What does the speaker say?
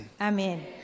Amen